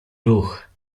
ruch